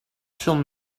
should